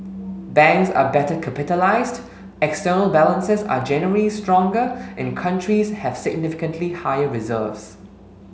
banks are better capitalised external balances are generally stronger and countries have significantly higher reserves